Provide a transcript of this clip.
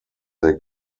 they